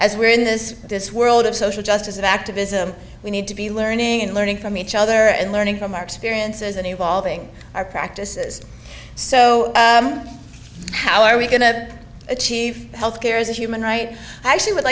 we're in this this world of social justice activism we need to be learning and learning from each other and learning from our experiences and evolving our practices so how are we going to achieve health care is a human right i actually would